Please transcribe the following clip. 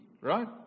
right